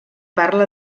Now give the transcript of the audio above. parla